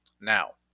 Now